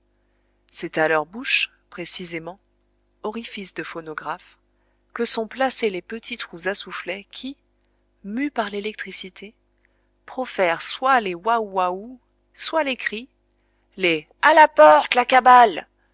c'est à leurs bouches précisément orifices de phonographes que sont placés les petits trous à soufflets qui mus par l'électricité profèrent soit les oua ouaou soit les cris les à la porte la cabale